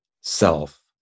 self